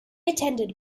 attended